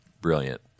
brilliant